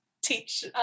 teach